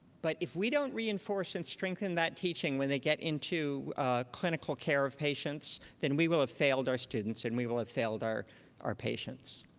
but if we don't reinforce and strengthen that teaching when they get into clinical care of patients, then we will have failed our students. and we will have failed our our patients.